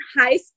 High